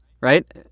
right